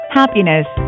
happiness